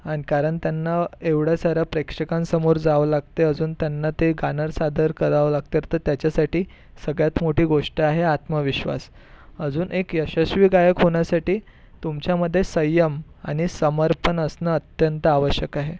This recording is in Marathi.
आणि कारण त्यांना एवढ्या साऱ्या प्रेक्षकांसमोर जावं लागते अजून त्यांना ते गाणं सादर करावं लागते त्याच्यासाठी सगळ्यात मोठी गोष्ट आहे आत्मविश्वास अजून एक यशस्वी गायक होण्यासाठी तुमच्यामध्ये संयम आणि समर्पण असणं अत्यंत आवश्यक आहे